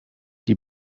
die